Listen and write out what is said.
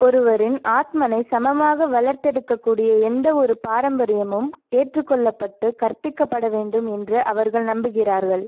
ஒருவரின் ஆத்மனை சமமாக வளர்த்தெடுக்கக்கூடிய எந்தவொரு பாரம்பரியமும் ஏற்றுக்கொள்ளப்பட்டு கற்பிக்கப்பட வேண்டும் என்று அவர்கள் நம்புகிறார்கள்